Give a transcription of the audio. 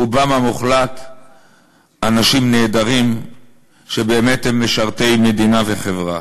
רובם המוחלט אנשים נהדרים שהם באמת משרתי מדינה וחברה.